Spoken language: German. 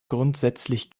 grundsätzlich